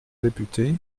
député